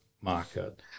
market